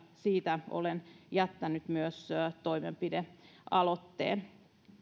siitä olen myös jättänyt toimenpidealoitteen